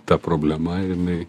ta problema jinai